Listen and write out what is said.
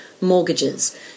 mortgages